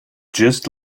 just